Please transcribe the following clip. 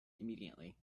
immediately